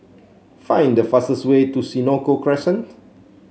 find the fastest way to Senoko Crescent